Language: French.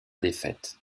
défaite